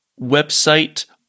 website